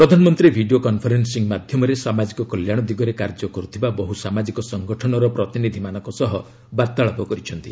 ପ୍ରଧାନମନ୍ତ୍ରୀ video conferencing ମାଧ୍ୟମରେ ସାମାଜିକ କଲ୍ୟାଣ ଦିଗରେ କାର୍ଯ୍ୟ କରୁଥିବା ବହୁ ସାମାଜିକ ସଂଗଠନର ପ୍ରତିନିଧିମାନଙ୍କ ସହ ବାର୍ତ୍ତାଳାପ କରିଛନ୍ତି